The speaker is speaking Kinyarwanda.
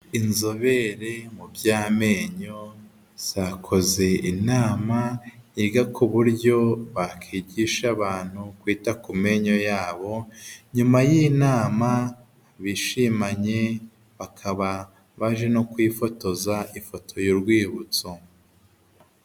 Inzobere mu by'amenyo zakoze inama yiga ku buryo bakigisha abantu kwita ku menyo yabo, nyuma y'inama bishimanye, bakaba baje no kwifotoza ifoto y'urwibutso.